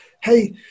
hey